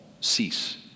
cease